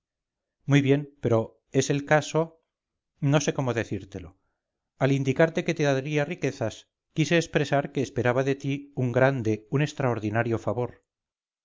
muy bien pero es el caso no sé cómo decírtelo al indicarte que te daría riquezas quise expresar que esperaba de ti un grande un extraordinario favor